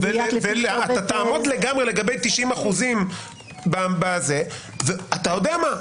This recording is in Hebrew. ואתה תעמוד לגמרי לגבי 90%. ואתה יודע מה?